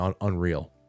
unreal